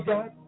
God